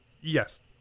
Yes